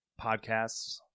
podcasts